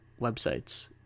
websites